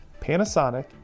Panasonic